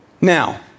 Now